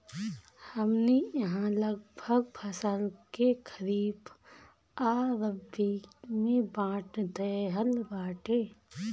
हमनी इहाँ लगभग फसल के खरीफ आ रबी में बाँट देहल बाटे